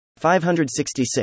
566